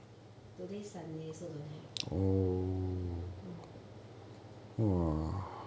today sunday so don't have mmhmm